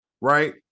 right